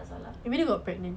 masalah